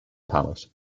palate